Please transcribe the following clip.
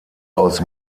aus